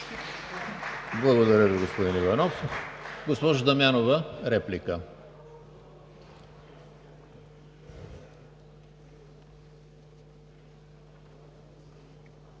Благодаря Ви, господин Иванов. Госпожо Дамянова – реплика.